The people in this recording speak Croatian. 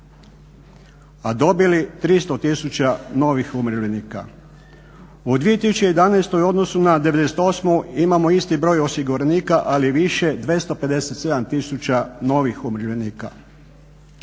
a dobili 300 tisuća novih umirovljenika. U 2011. i odnosu na 98. imamo isti broj osiguranika ali više 257 novih umirovljenika.